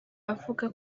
avuga